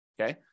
okay